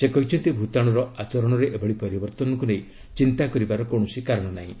ସେ କହିଛନ୍ତି ଭୂତାଣୁର ଆଚରଣରେ ଏଭଳି ପରିବର୍ତ୍ତନକୁ ନେଇ ଚିନ୍ତା କରିବାର କୌଣସି କାରଣ ନାହିଁ